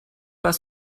pas